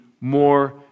more